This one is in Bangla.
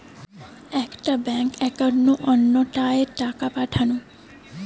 একটা ব্যাঙ্ক একাউন্ট নু অন্য টায় টাকা পাঠানো